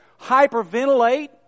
hyperventilate